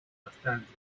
bastante